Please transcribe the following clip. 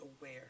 aware